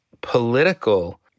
political